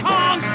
Kong